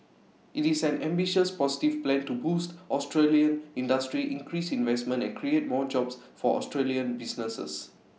IT is an ambitious positive plan to boost Australian industry increase investment and create more jobs for Australian businesses